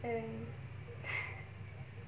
and